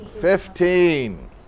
Fifteen